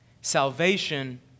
Salvation